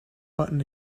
button